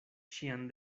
ŝian